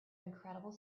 incredible